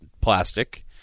plastic